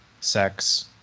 sex